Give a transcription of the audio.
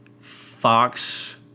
Fox